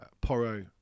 Porro